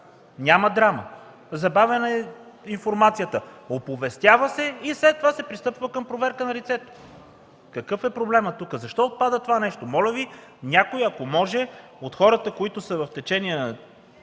Няма драма. Забавена е информацията – оповестява се и след това се пристъпва към проверка на лицето! Какъв е проблемът тук? Защо отпада това нещо? Моля Ви, някой от хората, които са в течение на